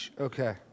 Okay